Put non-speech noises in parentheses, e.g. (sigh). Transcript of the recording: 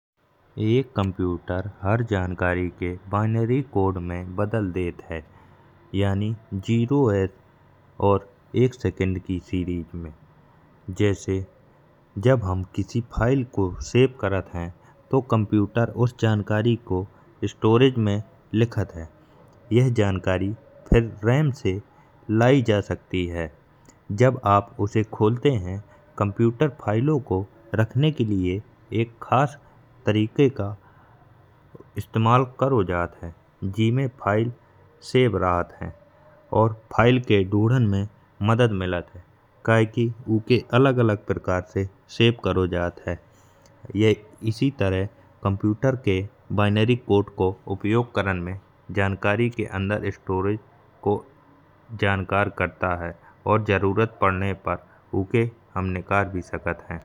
एक कंप्यूटर हर जानकारी के बाइनरी कोड में बदल देत है। यानी शून्य और एक सेकंड की सीरीज में जैसे जब हम किसी फाइल को सेव करत हैं। तो कंप्यूटर उस जानकारी को स्टोरेज में लिखत हैं। यह जानकारी फिर रैम से लाई जा सकती है, जब आप उसे खोलते हैं। कंप्यूटर फाइलों को रखने के लिए एक खास तरीके का इस्तेमाल करत हैं। जिमे फाइल सेव रहत हैं और फाइल के ढूढ़ने में मदद मिलत है। कइ के उनके अलग अलग प्रकार से सेव करत जात हैं। (hesitation) इसी तरह कंप्यूटर के बाइनरी कोड को उपयोग करण में जानकारी के अंदर स्टोरेज को जाँचकर करत हैं। और जरूरत पडन पर उके हम निकाल भी सकत हैं।